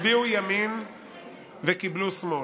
הרבה מאוד אנשים הצביעו ימין וקיבלו שמאל.